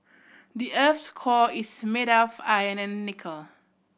the earth's core is made of iron and nickel